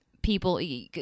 people